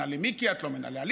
את לא מאמינה למיקי,